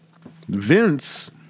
Vince